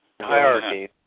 Hierarchy